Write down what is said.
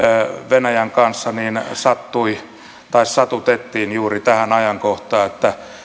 venäjän kanssa sattui tai satutettiin juuri tähän ajankohtaan